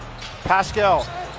Pascal